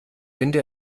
finde